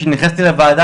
כשנכנסתי לוועדה,